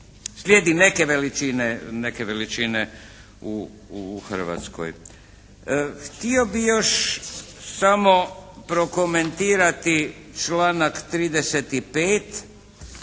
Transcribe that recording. Htio bih još samo prokomentirati članak 35.